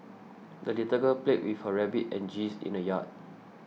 the little girl played with her rabbit and geese in the yard